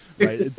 Right